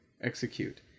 execute